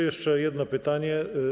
Jeszcze jedno pytanie.